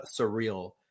surreal